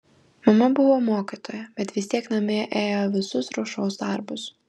mama buvo mokytoja bet vis tiek namie ėjo visus ruošos darbus